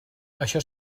això